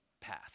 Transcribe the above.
path